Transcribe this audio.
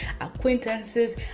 acquaintances